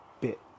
bit